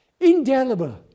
Indelible